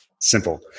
Simple